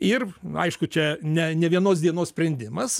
ir aišku čia ne ne vienos dienos sprendimas